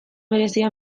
berezia